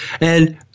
And-